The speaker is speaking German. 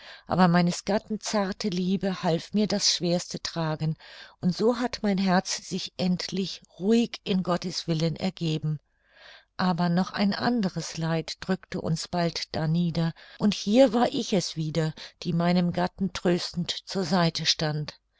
aber meines gatten zarte liebe half mir das schwerste tragen und so hat mein herz sich endlich ruhig in gottes willen ergeben aber noch ein anderes leid drückte uns bald darnieder und hier war ich es wieder die meinem gatten tröstend zur seite stand